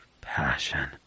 passion